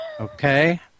Okay